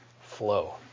flow